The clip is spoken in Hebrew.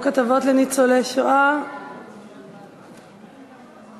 הצעת חוק הטבות לניצולי שואה (תיקון מס'